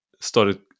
started